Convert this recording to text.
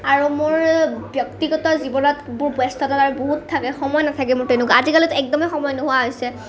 আৰু মোৰ ব্যক্তিগত জীৱনত মোৰ ব্যস্ততা বহুত থাকে সময় নাথাকে মোৰ তেনেকুৱা আজি কালিটো একদমেই সময় নোহোৱা হৈছে